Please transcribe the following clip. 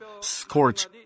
scorch